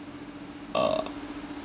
uh